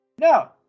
no